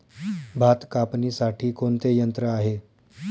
भात कापणीसाठी कोणते यंत्र आहे?